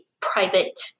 private